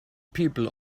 people